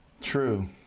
True